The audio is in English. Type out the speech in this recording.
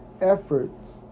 efforts